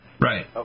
Right